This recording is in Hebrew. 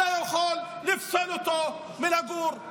אתה יכול לפסול אותו מלגור.